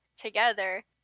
together